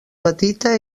petita